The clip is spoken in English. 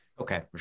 Okay